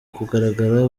kugaragara